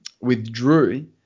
withdrew